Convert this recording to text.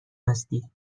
هستی